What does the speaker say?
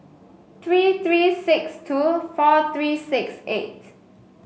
three three six two four three six eight